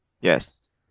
Yes